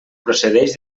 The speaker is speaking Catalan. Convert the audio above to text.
procedeix